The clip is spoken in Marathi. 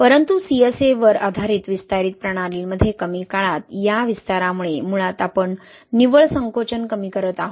परंतु CSA वर आधारित विस्तारित प्रणालींमध्ये कमी काळात या विस्तारामुळे मुळात आपण निव्वळ संकोचन कमी करत आहोत